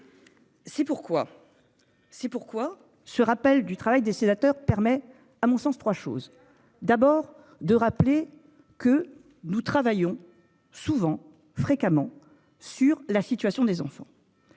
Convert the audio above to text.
C'est pourquoi ce rappel du travail des sénateurs permet à mon sens 3 choses, d'abord de rappeler que nous travaillons souvent fréquemment sur la situation des enfants.--